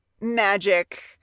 magic